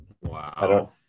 Wow